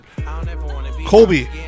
Colby